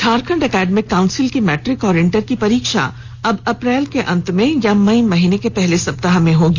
Jharkhand academic council की matric और inter की परीक्षा अब अप्रैल के अंत में या मई माह के पहले सप्ताह में होगी